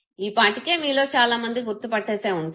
ఈ పాటికే మీలో చాలా మంది గుర్తు పట్టేసేవుంటారు